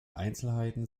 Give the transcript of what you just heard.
einzelheiten